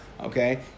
Okay